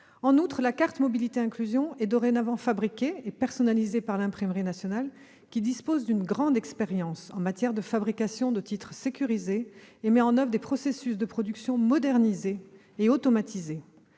En outre, la carte mobilité inclusion est dorénavant fabriquée et personnalisée par l'Imprimerie nationale, qui dispose d'une grande expérience en matière de fabrication de titres sécurisés et met en oeuvre des processus de production modernisés et automatisés.